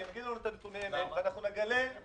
שיביאו לנו את הנתונים ואנחנו נגלה,